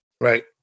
right